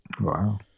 Wow